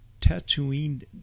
Tatooine